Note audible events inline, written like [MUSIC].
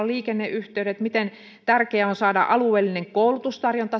[UNINTELLIGIBLE] liikenneyh teydet toimimaan miten tärkeää on saada alueellinen koulutustarjonta